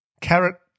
Carrot